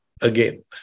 again